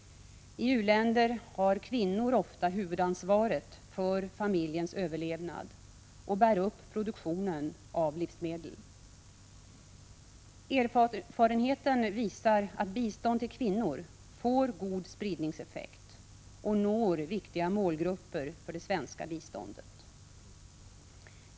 I u-länder har kvinnor ofta huvudansvaret för familjens överlevnad och bär upp produktionen av livsmedel. Erfarenheten visar att bistånd till kvinnor får god spridningseffekt och når viktiga målgrupper för det svenska biståndet.